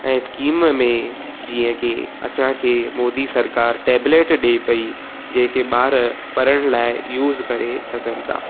ऐं स्कीम में जीअं की असांखे मोदी सरकार टेबलेट ॾिए पई जेके ॿार पढ़ण लाइ यूज़ करे सघनि था